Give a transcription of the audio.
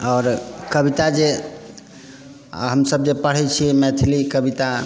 आओर कविता जे हमसब जे पढ़ै छियै मैथिली कविता